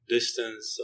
Distance